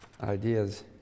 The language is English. ideas